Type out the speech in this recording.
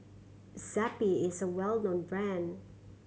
Zappy is a well known brand